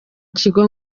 kigo